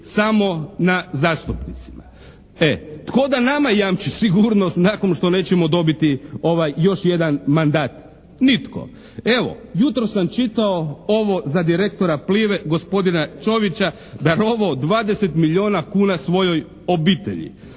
samo na zastupnicima? E, tko da nama jamči sigurnost nakon što nećemo dobiti ovaj još jedan mandat? Nitko. Evo jutros sam čitao ovo za direktora PLIVA-e gospodina Čovića darovao 20 milijuna kuna svojoj obitelji.